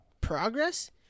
Progress